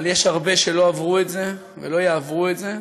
אבל יש הרבה שלא עברו את זה ולא יעברו את זה,